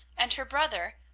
and her brother,